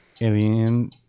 Alien